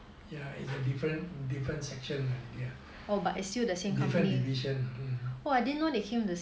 yeah it's a different different section yeah different division mmhmm